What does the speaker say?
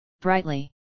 brightly